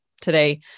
today